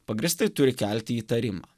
pagrįstai turi kelti įtarimą